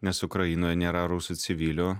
nes ukrainoje nėra rusų civilių